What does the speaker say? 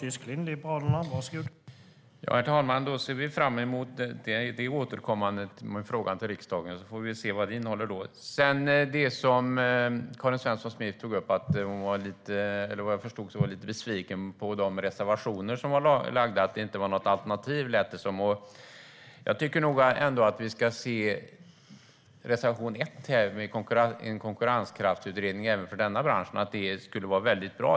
Herr talman! Då ser vi fram mot att regeringen återkommer med frågan till riksdagen. Vi får se vad det innehåller. Karin Svensson Smith tog upp att hon är lite besviken, vad jag förstod, på de reservationer som finns. Det lät som att de inte var något alternativ. Jag tycker nog att vi ska se reservation 1 om en konkurrenskraftsutredning även för denna bransch som något bra.